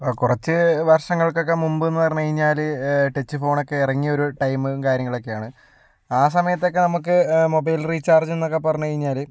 ആ കുറച്ച് വർഷങ്ങൾക്കൊക്കെ മുമ്പെന്ന് പറഞ്ഞ് കഴിഞ്ഞാല് ടച്ച് ഫോണൊക്കെ ഇറങ്ങിയ ഒരു ടൈമും കാര്യങ്ങളക്കെയാണ് ആ സമയത്തൊക്കെ നമുക്ക് മൊബൈൽ റീചാർജിന്നൊക്കെ പറഞ്ഞ് കഴിഞ്ഞാല്